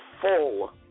full